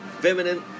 feminine